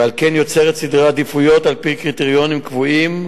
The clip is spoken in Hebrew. ועל כן יוצרת סדר עדיפויות על-פי קריטריונים קבועים,